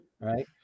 Right